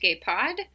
Pod